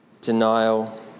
denial